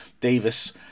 Davis